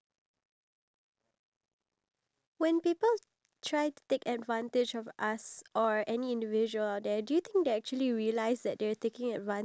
what about like the elderly do you think it's okay for them to take advantage of the younger generation or do you think oh it's fine because you are old and